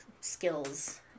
skills